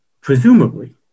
Presumably